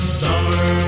summer